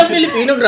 Filipino